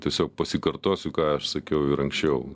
tiesiog pasikartosiu ką aš sakiau ir anksčiau